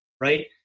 right